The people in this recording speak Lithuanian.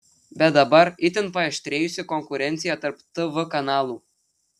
bet dabar itin paaštrėjusi konkurencija tarp tv kanalų